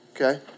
Okay